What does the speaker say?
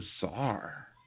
bizarre